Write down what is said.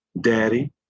daddy